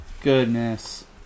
Goodness